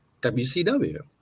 WCW